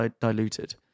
diluted